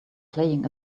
playing